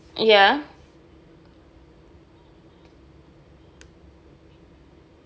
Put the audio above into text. ya